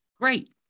great